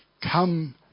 come